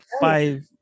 five